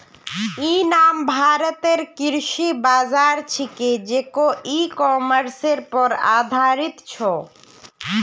इ नाम भारतेर कृषि बाज़ार छिके जेको इ कॉमर्सेर पर आधारित छ